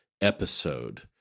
episode